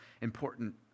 important